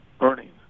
earnings